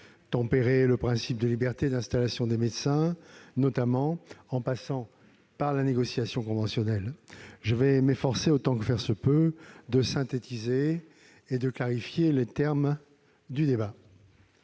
tempérer le principe de liberté d'installation des médecins, notamment en passant par la négociation conventionnelle. Je vais m'efforcer, autant que faire se peut, de synthétiser et clarifier les termes du débat.